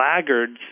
laggards